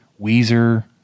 Weezer